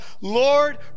Lord